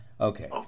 Okay